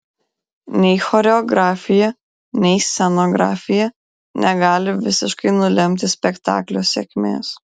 nei choreografija nei scenografija negali visiškai nulemti spektaklio sėkmės